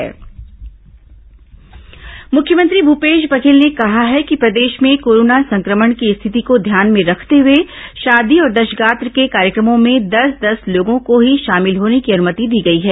corona समीक्षा CM मुख्यमंत्री भूपेश बघेल ने कहा है कि प्रदेश में कोरोना संक्रमण की स्थिति को ध्यान में रखते हुए शादी और दशगात्र के कार्यक्रमों में दस दस लोगों को ही शामिल होने की अनुमति दी गई है